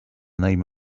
name